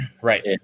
right